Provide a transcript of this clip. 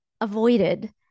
avoided